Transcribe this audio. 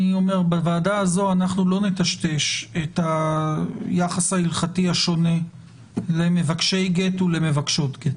בוועדה הזו אנחנו לא נטשטש את היחס ההלכתי השונה למבקשי גט ולמבקשות גט.